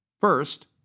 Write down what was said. First